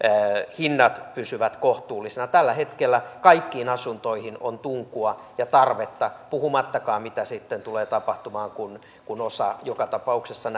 hinnat pysyvät kohtuullisina tällä hetkellä kaikkiin asuntoihin on tunkua ja tarvetta puhumattakaan siitä mitä sitten tulee tapahtumaan kun kun osa joka tapauksessa